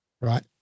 right